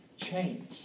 change